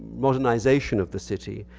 modernization of the city,